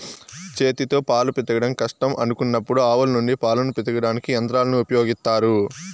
చేతితో పాలు పితకడం కష్టం అనుకున్నప్పుడు ఆవుల నుండి పాలను పితకడానికి యంత్రాలను ఉపయోగిత్తారు